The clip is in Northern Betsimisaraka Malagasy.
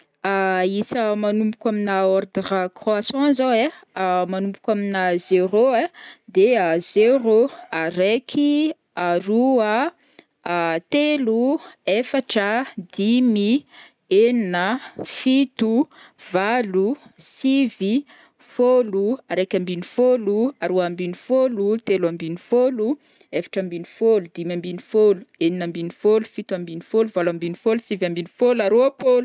isa manomboko amina ordre croissant zao ai, ah manomboko amina zéro ai: de zéro, araiky, aroa, telo, efatra, dimy, enina, fito, valo, sivy, fôlo, araiky ambiny fôlo, aroa ambiny fôlo, telo ambiny fôlo, efatra ambiny fôlo, dimy ambiny fôlo, enina ambiny fôlo, fito ambiny fôlo, valo ambiny fôlo, sivy ambiny fôlo, aroa-pôlo.